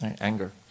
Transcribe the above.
Anger